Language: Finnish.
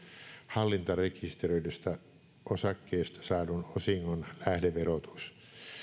hallintarekisteröidystä osakkeesta saadun osingon lähdeverotus